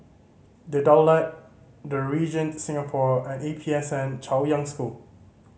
The Daulat The Regent Singapore and A P S N Chaoyang School